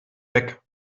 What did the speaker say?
weg